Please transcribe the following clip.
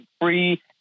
free